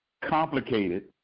complicated